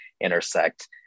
intersect